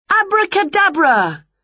Abracadabra